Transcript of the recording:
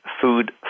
food